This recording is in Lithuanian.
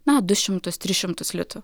na du šimtus tris šimtus litų